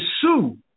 sue